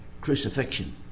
crucifixion